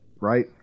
right